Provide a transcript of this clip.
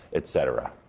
et cetera.